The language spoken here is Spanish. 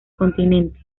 continente